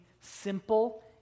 simple